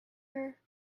her